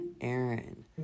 Aaron